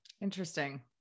Interesting